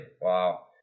Wow